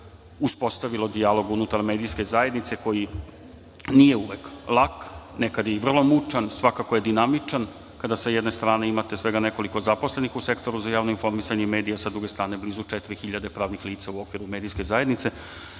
godine uspostavilo dijalog unutar medijske zajednice koji nije uvek lak, nekad je i vrlo mučan, svakako je dinamičan kada sa jedne strane imate svega nekoliko zaposlenih u sektoru za javno informisanje i medije, sa druge strane blizu 4.000 pravnih lica u okviru medijske zajednice.